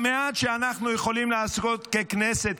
המעט שאנחנו יכולים לעשות ככנסת,